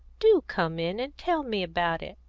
do come in and tell me about it!